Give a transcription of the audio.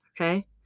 Okay